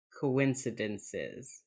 coincidences